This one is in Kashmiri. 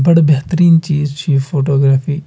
بَڑٕ بہتریٖن چیٖز چھُ یہِ فوٹوگرافی